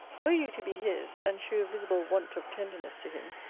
were you to be his, and shew a visible want of tenderness to him,